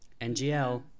NGL